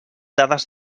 dades